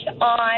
on